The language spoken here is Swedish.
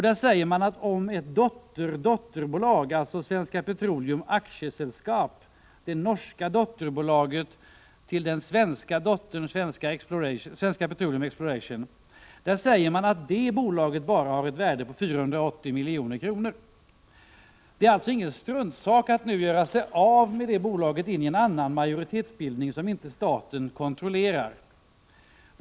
Där säger man om ett dotterdotterbolag, Svenska Petroleum A/S, det norska dotterbolaget till den svenska dottern Svenska Petroleum Exploration, att bara det bolaget har ett värde på 480 milj.kr. Det är alltså ingen struntsak att göra sig av med det bolaget in i en annan majoritetsbildning som inte staten kontrollerar.